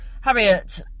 Harriet